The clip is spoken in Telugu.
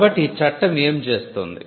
కాబట్టి ఈ చట్టం ఏమి చేస్తుంది